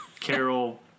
Carol